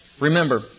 remember